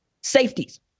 Safeties